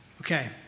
Okay